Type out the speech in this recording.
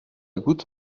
goutte